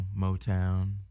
Motown